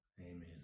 Amen